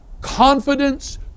confidence